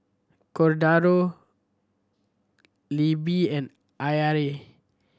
Cordaro Libbie and I R A